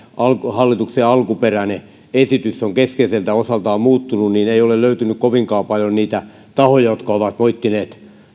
hallituksen alkuperäinen esitys on keskeiseltä osaltaan muuttunut niin ei ole löytynyt kovinkaan paljon niitä tahoja jotka ovat moittineet